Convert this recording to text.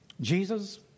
Jesus